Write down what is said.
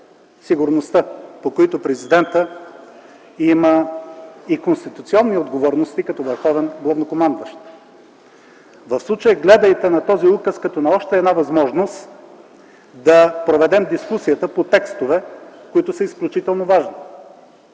сигурността, по които президента има и конституционни отговорности като върховен главнокомандващ. В случая гледайте на този указ като на още една възможност да проведем дискусията по текстове, които са изключително важни.